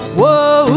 whoa